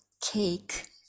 cake